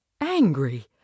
angry